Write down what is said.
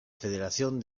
federación